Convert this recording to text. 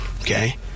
okay